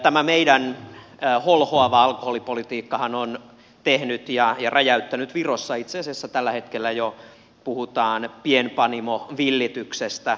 tämä meidän holhoava alkoholipolitiikkahan on tehnyt ja räjäyttänyt virossa itse asiassa tällä hetkellä jo puhutaan pienpanimovillityksestä